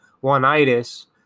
one-itis